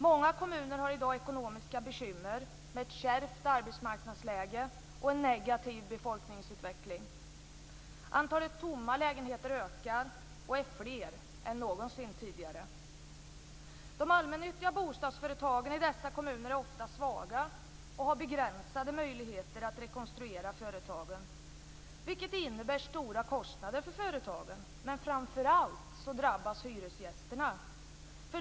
Många kommuner har i dag ekonomiska bekymmer med ett kärvt arbetsmarknadsläge och en negativ befolkningsutveckling. Antalet tomma lägenheter ökar, och de är fler än någonsin tidigare. De allmännyttiga bostadsföretagen i de berörda kommunerna är ofta svaga och har begränsade möjligheter att rekonstruera företagen. Det innebär stora kostnader för företagen, och framför allt drabbas hyresgästerna.